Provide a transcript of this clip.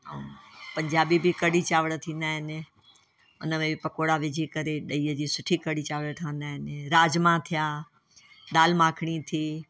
ऐं पंजाबी बि कड़ी चांवर थींदा आहिनि उनमें बि पकौड़ा विझी करे ॾहीअ जी सुठी कड़ी चांवर ठहिंदा आहिनि राजमा थिया दालि माखणी थी